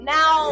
Now